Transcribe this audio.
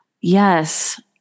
Yes